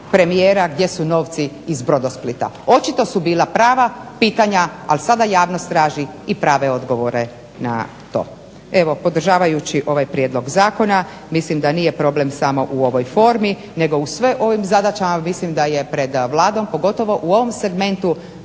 premijera gdje su novci iz Brodosplita. Očito su bila prava pitanja ali sada javnost traži i prave odgovore na to. Evo podržavajući ovaj prijedlog zakona mislim da nije problem samo u ovoj formi nego u svim ovim zadaćama mislim da je pred Vladom pogotovo u ovom segmentu